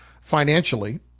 financially